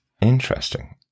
Interesting